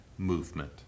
movement